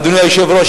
אדוני היושב-ראש,